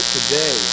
Today